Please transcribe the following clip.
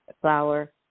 flour